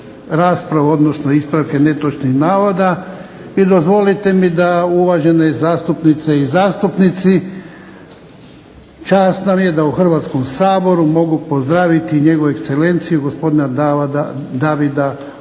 prekinuti ispravke netočnih navoda. I dozvolite mi da uvažene zastupnice i zastupnici čast nam je da u Hrvatskom saboru mogu pozdraviti NJ.Eg. DAvida